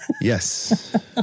yes